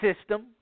system